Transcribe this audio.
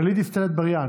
גלית דיסטל אטבריאן,